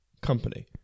company